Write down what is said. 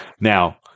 Now